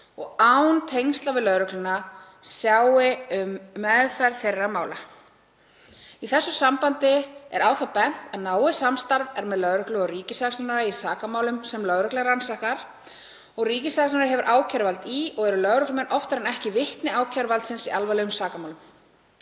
án tengsla við lögregluna, sjái um meðferð þeirra mála. Í þessu sambandi er á það bent að náið samstarf er með lögreglu og ríkissaksóknara í sakamálum sem lögregla rannsakar og ríkissaksóknari hefur ákæruvald í og eru lögreglumenn oftar en ekki vitni ákæruvaldsins í alvarlegum sakamálum.“